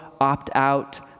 opt-out